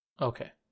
Okay